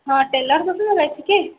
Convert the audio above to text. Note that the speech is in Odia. ହଁ ଟେଲର୍ ଦୋକନକୁ ଲାଗିଛି କି